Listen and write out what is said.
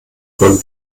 von